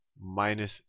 minus